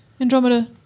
Andromeda